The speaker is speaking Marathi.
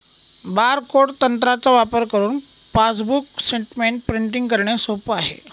बारकोड तंत्राचा वापर करुन पासबुक स्टेटमेंट प्रिंटिंग करणे सोप आहे